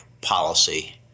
policy